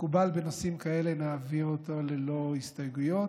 שכמקובל בנושאים כאלה נעביר אותו ללא הסתייגויות.